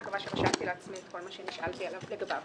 בבקשה, הדובר האחרון.